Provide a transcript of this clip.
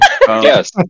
Yes